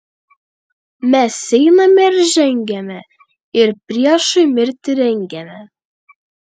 mes einame ir žengiame ir priešui mirtį rengiame